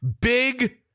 Big